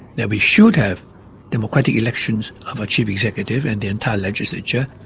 that we should have democratic elections of a chief executive and the entire legislature,